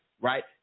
right